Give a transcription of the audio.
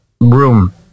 room